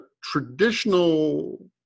traditional